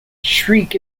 shriek